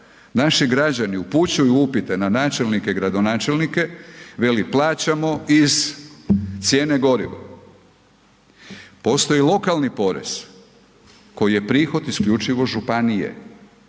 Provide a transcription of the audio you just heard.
naši građani upućuju upite na načelnike i gradonačelnike, veli plaćamo iz cijene goriva. Postoji lokalni porez koji je prihod isključivo županije,